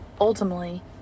ultimately